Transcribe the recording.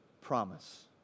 promise